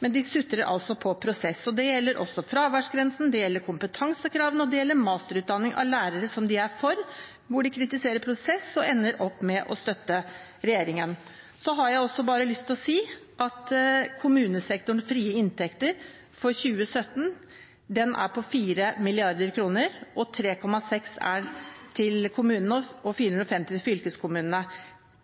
men de sutrer altså på prosess. Det gjelder også fraværsgrensen, det gjelder kompetansekravene, og det gjelder masterutdanning av lærere, som de er for, men de kritiserer prosessen og ender opp med å støtte regjeringen. Så har jeg også bare lyst til å si at kommunesektorens frie inntekter for 2017 er på ca. 4 mrd. kr – ca. 3,6 mrd. kr til kommunene og 450 mill. kr til fylkeskommunene.